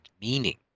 meaning